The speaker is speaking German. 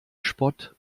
spott